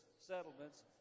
settlements